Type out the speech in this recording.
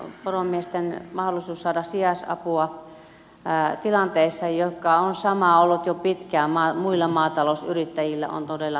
poromiesten mahdollisuus saada sijaisapua joka tilanne on ollut jo pitkään muilla maatalousyrittäjillä on todella tärkeä asia